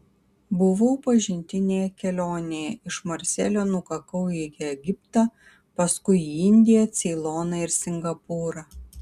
buvau pažintinėje kelionėje iš marselio nukakau į egiptą paskui į indiją ceiloną ir singapūrą